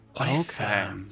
Okay